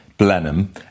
Blenheim